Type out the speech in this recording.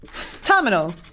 Terminal